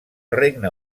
regne